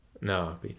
No